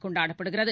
கொண்டாடப்படுகிறது